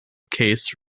case